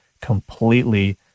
completely